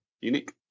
unique